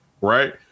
right